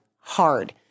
hard